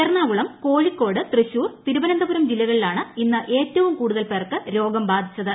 എറണാകുളം കോഴിക്കോട് തൃശൂർ തിരുവനന്തപുരം ജില്ലകളിലാണ് ഇന്ന് ഏറ്റവും കൂടുതൽപ്പേർക്ക് രോഗം ബാധിച്ചത്